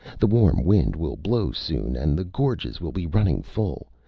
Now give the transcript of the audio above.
the warm wind will blow soon, and the gorges will be running full.